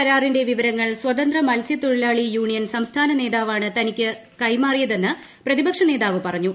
C കരാറിന്റെ വിവരങ്ങൾ സ്വതന്ത്ര മത്സ്യത്തൊഴിലാളി യൂണിയൻ സംസ്ഥാന ് നേതാ്പാണ് തനിക്ക് വിവരം കൈമാറിയതെന്ന് പ്രതിപക്ഷ് ൾതാവ് പറഞ്ഞു